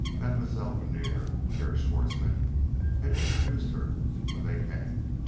mademoiselle vernier, herr schwartzmann had introduced her when they came.